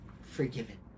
forgiven